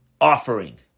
offering